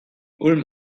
ulm